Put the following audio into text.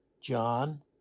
John